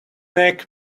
neck